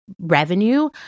revenue